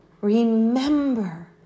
Remember